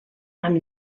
amb